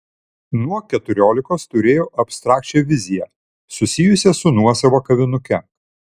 nuo keturiolikos turėjau abstrakčią viziją susijusią su nuosava kavinuke